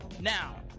Now